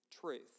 truth